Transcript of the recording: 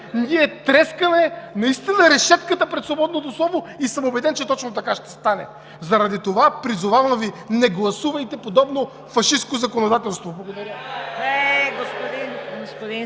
ние тряскаме наистина решетката пред свободното слово и съм убеден, че точно така ще стане. Заради това призовавам Ви: не гласувайте подобно фашистко законодателство! Благодаря.